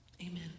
Amen